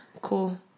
cool